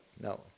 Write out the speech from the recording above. no